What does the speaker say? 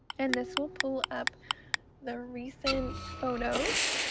and this will pull up the recent photos,